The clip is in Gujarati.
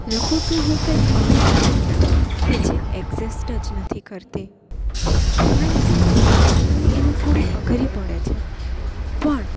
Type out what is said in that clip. લખું છું હું કાંઇક આવી જ દુનિયા કે જે એકઝિસ્ટ જ નથી કરતી રિયાલિટીમાં બનાવવી એને થોડી અઘરી પડે છે પણ